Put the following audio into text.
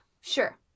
sure